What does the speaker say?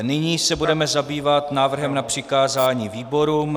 Nyní se budeme zabývat návrhem na přikázání výborům.